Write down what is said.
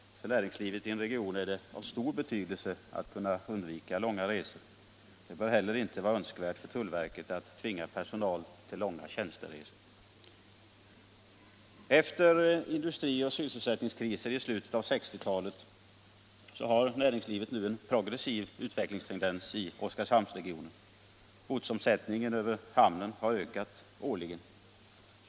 För näringslivet i en region är det av stor betydelse att kunna undvika långa resor. Det är inte heller önskvärt att tullverket tvingar personal till långa tjänsteresor. Efter industri och sysselsättningskriser i slutet av 1960-talet har näringslivet nu en progressiv utvecklingstendens i Oskarshamnsregionen. Godsomsättningen i hamnen har ökat årligen.